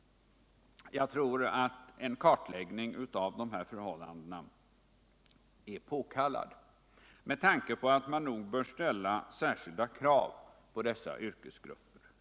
Jag tror att en kartläggning av de här förhållandena är påkallad med tanke på att man nog bör ställa särskilda krav på dessa yrkesgrupper.